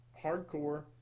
hardcore